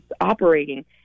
operating